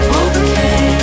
okay